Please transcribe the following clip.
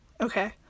Okay